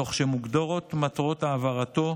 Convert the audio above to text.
תוך שמוגדרות מטרות העברתו,